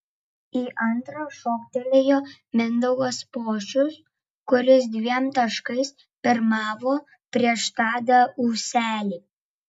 į antrą šoktelėjo mindaugas pošius kuris dviem taškais pirmavo prieš tadą ūselį